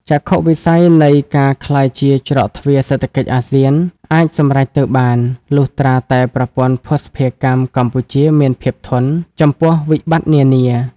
ចក្ខុវិស័យនៃការក្លាយជា "ច្រកទ្វារសេដ្ឋកិច្ចអាស៊ាន" អាចសម្រេចទៅបាន លុះត្រាតែប្រព័ន្ធភស្តុភារកម្មកម្ពុជាមានភាពធន់ ចំពោះវិបត្តិនានា។